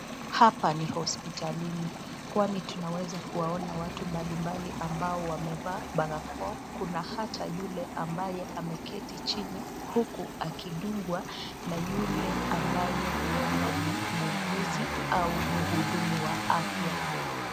Hapa ni hospitalini kwani tunaweza kuona watu mbali mbali ambao wamevalia barakoa ,kuna hata yuke akiyeketi chini huku akidungwa na yule ambaye huenda ni muuguzi au mhudumu wa afya.